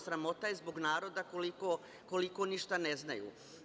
Sramota je zbog naroda koliko ništa ne znaju.